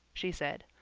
she said.